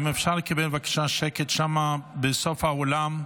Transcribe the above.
האם אפשר לקבל שקט שם, בסוף האולם?